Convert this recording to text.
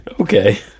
Okay